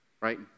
Right